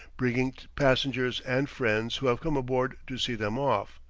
bringing passengers and friends who have come aboard to see them off.